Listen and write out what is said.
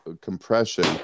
compression